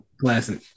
classic